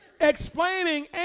explaining